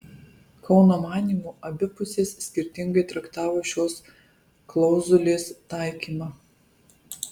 kauno manymu abi pusės skirtingai traktavo šios klauzulės taikymą